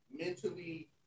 mentally